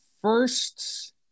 first